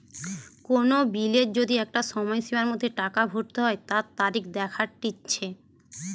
কোন বিলের যদি একটা সময়সীমার মধ্যে টাকা ভরতে হই তার তারিখ দেখাটিচ্ছে